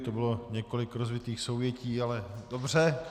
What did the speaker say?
To bylo několik rozvitých souvětí, ale dobře.